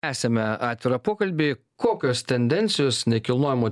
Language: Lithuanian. tęsiame atvirą pokalbį kokios tendencijos nekilnojamo